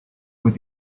with